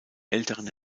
älteren